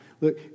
Look